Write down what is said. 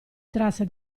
trasse